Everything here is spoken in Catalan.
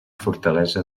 fortalesa